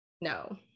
No